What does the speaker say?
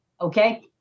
okay